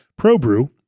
ProBrew